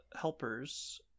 helpers